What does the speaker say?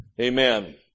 Amen